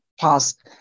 past